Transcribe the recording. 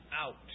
out